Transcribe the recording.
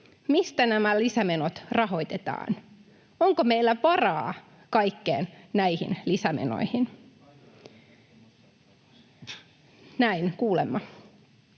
Mistä nämä lisämenot rahoitetaan? Onko meillä varaa kaikkiin näihin lisämenoihin? [Jukka